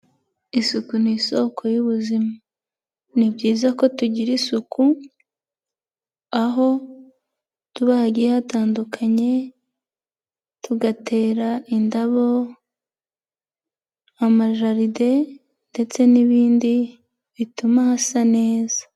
Isuku ni isoko y'ubuzima. Ni byiza ko tugira isuku aho tuba hagiye hatandukanye, tugatera indabo, amajaride ndetse n'ibindi bituma hasa neza.